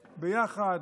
ביחד.